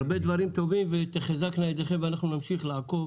הרבה דברים טובים ותחזקנה ידיכם ואנחנו נמשיך לעקוב